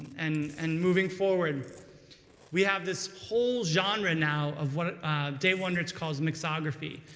and and moving forward we have this whole genre now of what dave wondrich calls mixography.